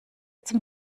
zum